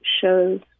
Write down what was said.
shows